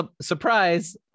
Surprise